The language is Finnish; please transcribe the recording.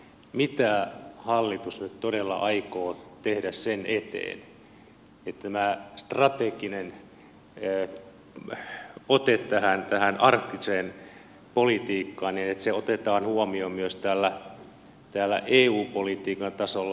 mitä hallitus nyt todella aikoo tehdä sen eteen että tämä strateginen ote tähän arktiseen politiikkaan otetaan huomioon myös täällä eu politiikan tasolla